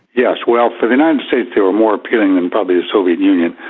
yes, well, for the united states they were more appealing than probably the soviet union.